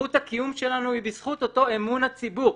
זכות הקיום שלנו היא בזכות אותו אמון ציבורי.